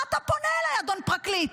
מה אתה פונה אליי, אדון פרקליט,